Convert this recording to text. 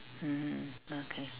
mmhmm okay